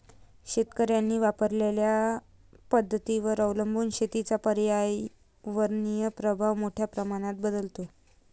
शेतकऱ्यांनी वापरलेल्या पद्धतींवर अवलंबून शेतीचा पर्यावरणीय प्रभाव मोठ्या प्रमाणात बदलतो